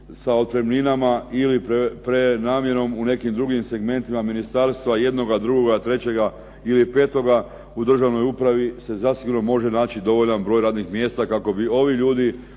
sa otpremninama ili prenamjenom u nekim drugim segmentima ministarstva jednoga, drugoga, trećega ili petoga u državnoj upravi se zasigurno može naći dovoljan broj radnih mjesta kako bi ovi ljudi